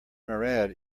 murad